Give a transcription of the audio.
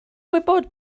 gwybod